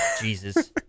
Jesus